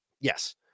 yes